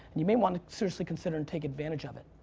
and you may want to seriously consider and take advantage of it.